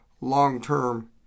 long-term